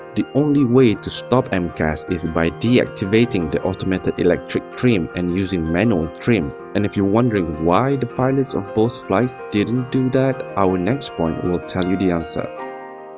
the only way to stop um mcas is by deactivating the automated electric trim and using manual trim. and if you're wondering why the pilots of both flights didn't do that, our next point will tell you the answer.